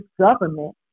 government